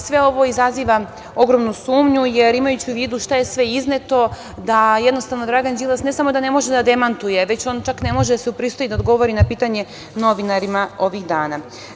Sve ovo izaziva ogromnu sumnju, jer imajući u vidu šta je sve izneto, da jednostavno Dragan Đilas, ne samo da ne može da demantuje, već on ne može da se upristoji da odgovori na pitanje novinarima ovih dana.